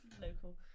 local